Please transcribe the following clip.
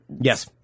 yes